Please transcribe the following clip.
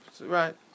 Right